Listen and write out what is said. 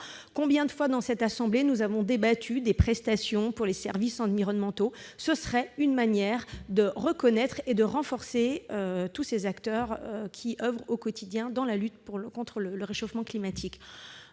combien de fois avons-nous débattu, au sein de notre assemblée, des prestations pour les services environnementaux ? Ce serait une manière de reconnaître et de renforcer tous ces acteurs qui oeuvrent au quotidien dans la lutte contre le réchauffement climatique.